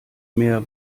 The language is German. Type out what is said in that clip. mehr